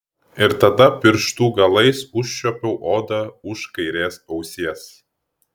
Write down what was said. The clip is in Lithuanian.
ir tada pirštų galais užčiuopiu odą už kairės ausies